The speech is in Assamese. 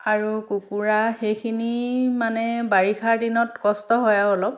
আৰু কুকুৰা সেইখিনি মানে বাৰিষাৰ দিনত কষ্ট হয় আৰু অলপ